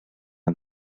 ond